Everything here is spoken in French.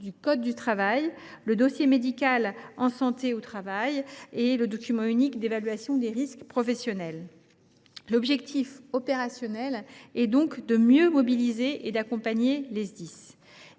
du code du travail, au travers du dossier médical en santé au travail et du document unique d’évaluation des risques professionnels. L’objectif opérationnel est donc de mieux mobiliser et d’accompagner les Sdis.